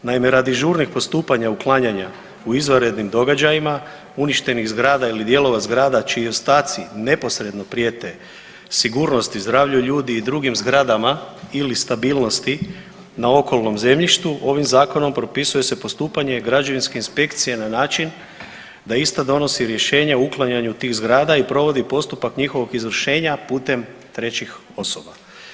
Naime, radi žurnih postupanja uklanjanja u izvanrednim događajima uništenih zgrada ili dijelova zgrada čiji ostaci neposredno prijete sigurnosti, zdravlju ljudi i drugim zgradama ili stabilnosti na okolnom zemljištu, ovim zakonom propisuje se postupanje građevinske inspekcije na način da ista donosi rješenje o uklanjanju tih zgrada i provodi postupak njihovog izvršenja putem trećih osoba.